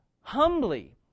humbly